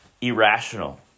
irrational